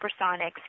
Supersonics